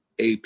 AP